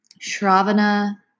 Shravana